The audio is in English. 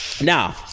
Now